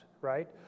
right